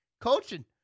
coaching